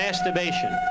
Masturbation